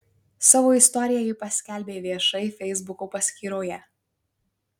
savo istoriją ji paskelbė viešai feisbuko paskyroje